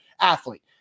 athlete